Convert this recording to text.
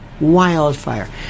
Wildfire